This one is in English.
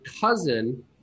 cousin